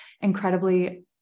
incredibly